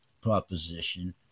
proposition